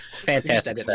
Fantastic